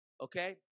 okay